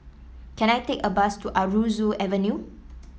can I take a bus to Aroozoo Avenue